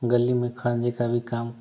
गली में खणंजे का भी काम